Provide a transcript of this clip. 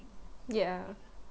ya